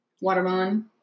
Watermelon